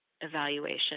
evaluation